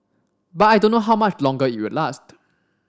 but I don't know how much longer it will last